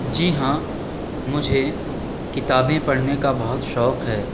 جی ہاں مجھے کتابیں پڑھنے کا بہت شوق ہے